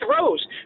throws